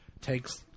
takes